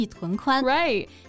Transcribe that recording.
Right